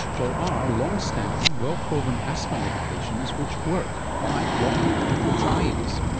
there are long-standing well proven asthma medications which work by blocking leukotrienes.